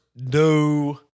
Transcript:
no